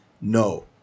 no